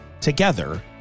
Together